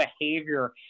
behavior